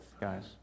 guys